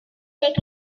taking